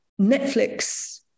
netflix